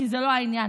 כי זה לא העניין,